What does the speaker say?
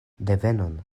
devenon